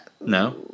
No